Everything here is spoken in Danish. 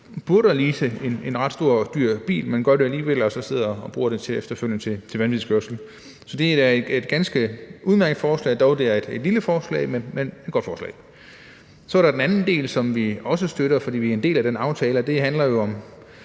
burde lease en ret stor, dyr bil, men gør det alligevel, og efterfølgende så bruger den til vanvidskørsel. Så det er da et ganske udmærket forslag, dog et lille forslag, men et godt forslag. Så er der den anden del, som vi også støtter, fordi vi er en del af aftalen, og det handler jo om